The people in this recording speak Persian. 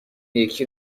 یکی